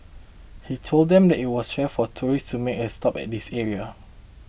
he told them that it was rare for tourists to make a stop at this area